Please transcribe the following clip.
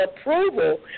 approval